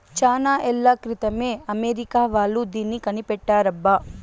చానా ఏళ్ల క్రితమే అమెరికా వాళ్ళు దీన్ని కనిపెట్టారబ్బా